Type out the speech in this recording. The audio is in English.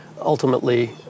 ultimately